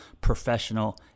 professional